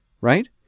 right